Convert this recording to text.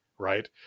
Right